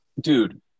Dude